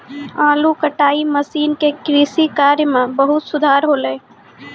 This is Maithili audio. आलू कटाई मसीन सें कृषि कार्य म बहुत सुधार हौले